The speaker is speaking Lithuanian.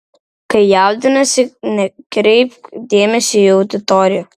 kai jaudiniesi nekreipk dėmesio į auditoriją